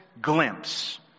glimpse